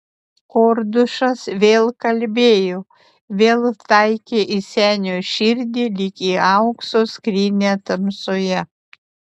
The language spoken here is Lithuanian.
kordušas vėl kalbėjo vėl taikė į senio širdį lyg į aukso skrynią tamsoje